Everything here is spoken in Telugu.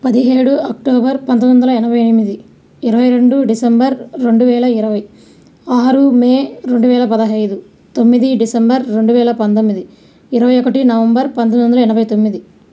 పదిహేడు అక్టోబర్ పంతొమ్మిది వందల ఎనభై ఎనిమిది ఇరవై రెండు డిసెంబర్ రెండు వేల ఇరవై ఆరు మే రెండు వేల పదహైదు తొమ్మిది డిసెంబర్ రెండు వేల పంతొమ్మిది ఇరవై ఒకటి నవంబర్ పంతొమ్మిది వందల ఎనభై తొమ్మిది